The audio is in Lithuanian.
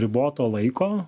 riboto laiko